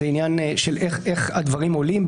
זה עניין של איך הדברים עולים,